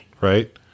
right